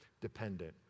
dependent